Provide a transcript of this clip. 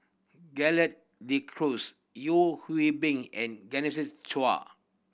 Gerald De Cruz Yeo Hwee Bin and Chua